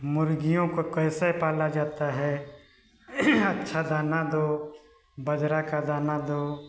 मुर्गियों को कैसे पाला जाता है अच्छा दाना दो बाजरा का दाना दो